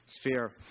sphere